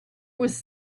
was